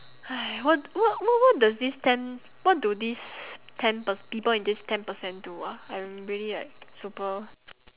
!hais! what what what does this ten what do this ten per~ people in this ten percent do ah I'm really like super